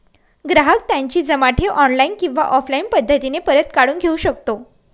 ग्राहक त्याची जमा ठेव ऑनलाईन किंवा ऑफलाईन पद्धतीने परत काढून घेऊ शकतो